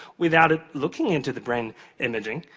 without ah looking into the brain imaging,